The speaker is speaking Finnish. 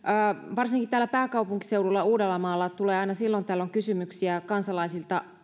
varsinkin täällä pääkaupunkiseudulla ja uudellamaalla tulee aina silloin tällöin kysymyksiä kansalaisilta